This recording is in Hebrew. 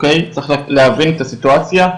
אוקי צריך להבין את הסיטואציה,